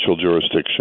jurisdiction